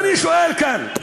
ואני שואל כאן: